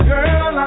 Girl